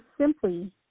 simply